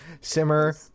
Simmer